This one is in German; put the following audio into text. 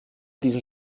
diesen